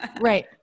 Right